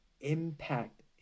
impact